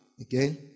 again